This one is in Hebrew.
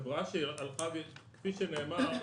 כפי שנאמר,